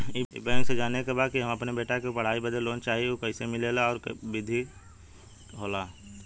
ई बैंक से जाने के बा की हमे अपने बेटा के पढ़ाई बदे लोन चाही ऊ कैसे मिलेला और का विधि होला?